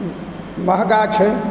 महग छै